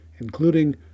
including